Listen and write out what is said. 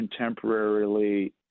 contemporarily